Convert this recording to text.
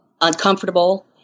uncomfortable